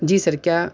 جی sir کیا